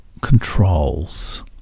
controls